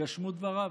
התגשמו דבריו.